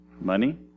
money